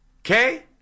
Okay